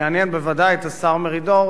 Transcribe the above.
שיעניין בוודאי את השר מרידור,